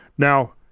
Now